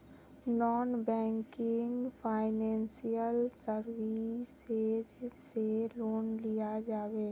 Non banking financial services से loan लिया जाबे?